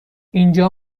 اینجا